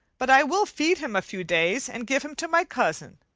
but i will feed him a few days and give him to my cousin.